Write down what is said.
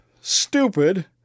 stupid